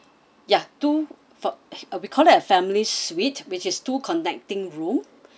ya two for uh we call that family suite which is two connecting room